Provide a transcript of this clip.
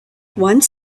one